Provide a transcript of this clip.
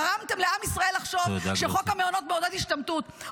גרמתם לעם ישראל לחשוב שחוק המעונות מעודד השתמטות.